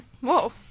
Whoa